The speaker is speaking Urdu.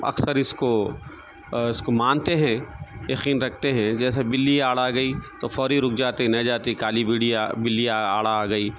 اکثر اس کو اس کو مانتے ہیں یقین رکھتے ہیں جیسے بلی آڑ آ گئی تو فوری رک جاتے نہیں جاتی کالی بلی آڑ آ گئی